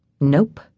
Nope